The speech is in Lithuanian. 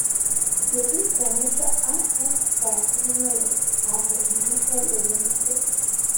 apie tai pranešė afp žurnalistai tapę įvykio liudininkais